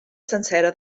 sencera